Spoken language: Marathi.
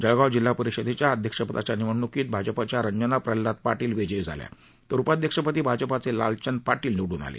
जळगाव जिल्हा परिषदेच्या अध्यक्षपदाच्या निवडण्कीत भाजपाच्या रंजना प्रल्हाद पाटील हया विजयी झाल्या तर उपाध्यक्षपदी भाजपाचे लालचंद पाटील निवडून आले